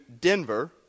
Denver